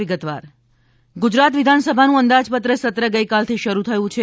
વિધાનસભા સત્ર ગુજરાત વિધાનસભાનું અંદાજપત્ર સત્ર ગઈકાલથી શરૂ થયું છે